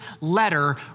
letter